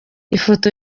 ifoto